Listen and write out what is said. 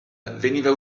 veniva